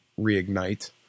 reignite